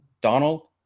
Donald